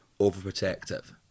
overprotective